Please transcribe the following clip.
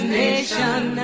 nation